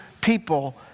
people